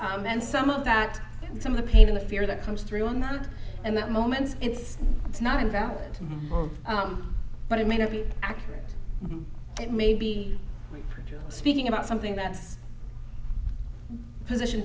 does and some of that and some of the pain in the fear that comes through on that and that moment it's it's not invalid but it may not be accurate it may be speaking about something that's position